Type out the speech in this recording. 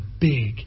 big